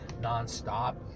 non-stop